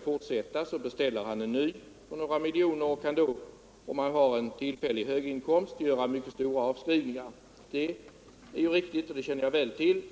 fortsätta med fisket beställer han en ny båt för några miljoner kronor och kan då, om han har en tillräckligt hög inkomst, göra stora avskrivningar. Det är riktigt, och det känner jag väl till.